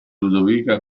ludovica